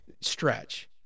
Stretch